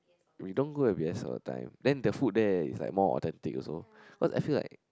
we don't go and waste our time then the food there is like more authentic also because I feel like